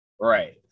Right